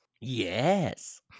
yes